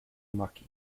maki